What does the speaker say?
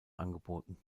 angeboten